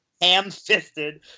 ham-fisted